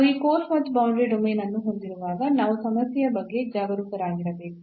ನಾವು ಆ ಕ್ಲೋಸ್ ಮತ್ತು ಬೌಂಡರಿ ಡೊಮೇನ್ ಅನ್ನು ಹೊಂದಿರುವಾಗ ನಾವು ಸಮಸ್ಯೆಯ ಬಗ್ಗೆ ಜಾಗರೂಕರಾಗಿರಬೇಕು